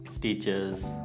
teachers